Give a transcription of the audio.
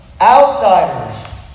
Outsiders